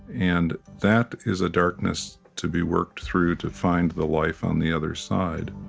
and that is a darkness to be worked through, to find the life on the other side